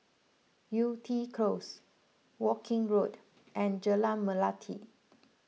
Yew Tee Close Woking Road and Jalan Melati